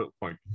point